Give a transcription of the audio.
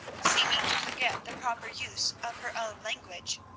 seeming to forget the proper use of her own language.